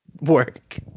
work